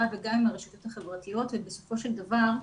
וגם עם הרשתות החברתיות ובסופו של דבר,